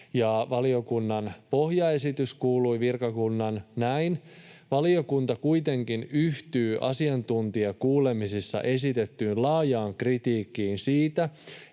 virkakunnan pohjaesitys kuului näin: ”Valiokunta kuitenkin yhtyy asiantuntijakuulemisissa esitettyyn laajaan kritiikkiin siitä,